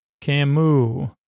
Camus